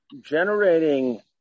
Generating